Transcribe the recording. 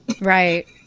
Right